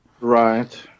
right